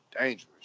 dangerous